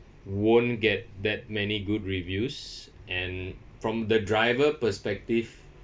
won't get that many good reviews and from the driver perspective